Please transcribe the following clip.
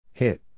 hit